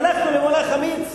הלכנו למהלך אמיץ.